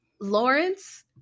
Lawrence